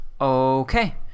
Okay